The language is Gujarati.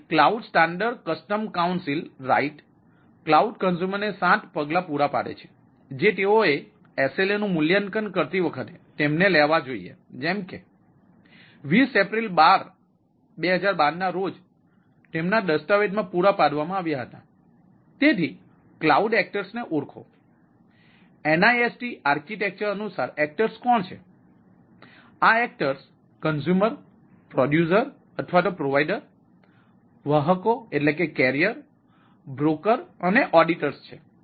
તેથી cloud standard custom council broker અને ઓડિટર્સ છે